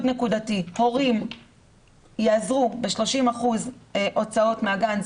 נקודתי הורים יעזרו ב-30% הוצאות מהגן,